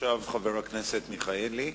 עכשיו חבר הכנסת מיכאלי.